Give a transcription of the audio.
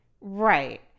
Right